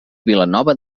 vilanova